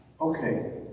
Okay